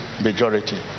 majority